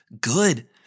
good